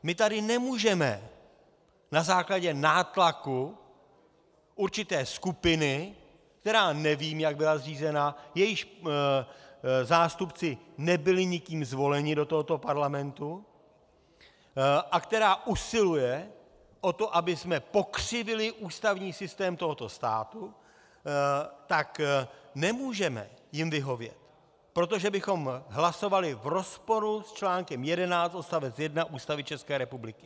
My tady nemůžeme na základě nátlaku určité skupiny, která nevím, jak byla zřízena, jejíž zástupci nebyli nikým zvoleni do tohoto parlamentu a která usiluje o to, abychom pokřivili ústavní systém tohoto státu, tak nemůžeme jim vyhovět, protože bychom hlasovali v rozporu s článkem 11 odst. 1 Ústavy České republiky.